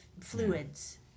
fluids